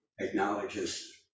acknowledges